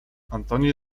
antoni